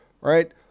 right